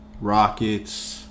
Rockets